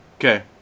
Okay